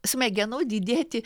smegenų didėti